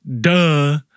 Duh